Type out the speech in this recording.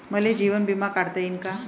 मले जीवन बिमा काढता येईन का?